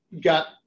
got